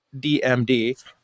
DMD